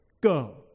Go